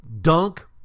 dunk